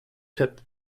kept